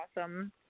awesome